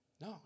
No